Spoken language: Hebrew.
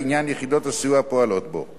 לעניין יחידות הסיוע הפועלות בו.